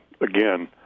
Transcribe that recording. again